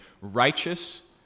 Righteous